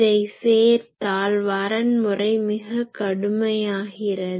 இதை சேர்த்தால் வரன்முறை மிக கடுமையாகிறது